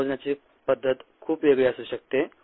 दर मोजण्याची पद्धत खूप वेगळी असू शकते